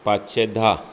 पांचशें धा